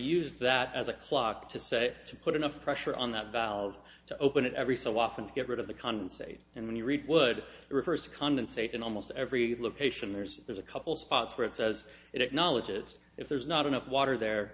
use that as a clock to say to put enough pressure on that valve to open it every so often to get rid of the conversation and when you read would reverse condensate in almost every location there's there's a couple spots where it says it acknowledges if there's not enough water